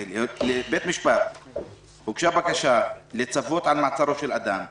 הוגשה בקשה לצוות על מעצרו של אדם,